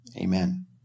Amen